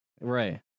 Right